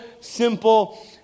simple